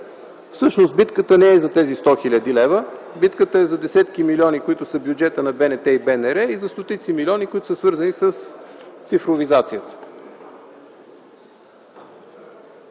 Всъщност битката не е за тези 100 хил. лв., битката е за десетките милиони лева, които са в бюджета на БНТ и БНР, и за стотиците милиони, свързани с цифровизацията.